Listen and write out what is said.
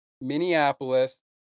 Minneapolis